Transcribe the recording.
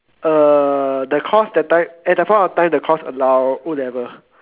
uh the course that time at that point of time the course allow O-level